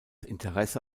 interesse